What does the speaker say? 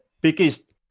biggest